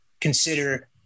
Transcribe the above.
consider